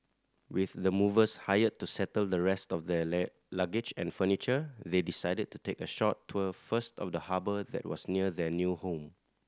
with the movers hired to settle the rest of their luggage and furniture they decided to take a short tour first of the harbour that was near their new home